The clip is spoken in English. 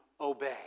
obey